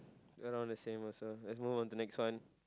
around the same also let's move on to next one